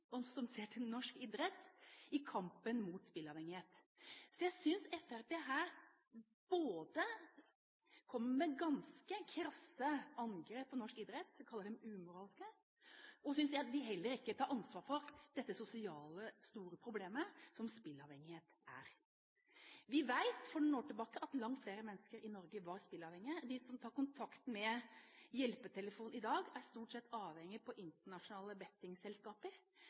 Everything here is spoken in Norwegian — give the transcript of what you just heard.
som ser til norsk idrett, i kampen mot spilleavhengighet. Så jeg synes Fremskrittspartiet her både kommer med ganske krasse angrep på norsk idrett – de kaller den umoralsk – og så synes jeg heller ikke de tar ansvar for dette store sosiale problemet som spilleavhengighet er. Vi vet at langt flere mennesker i Norge var spilleavhengige for noen år tilbake. De som tar kontakt med hjelpetelefonen i dag, er stort sett avhengige på internasjonale bettingselskaper.